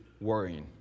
worrying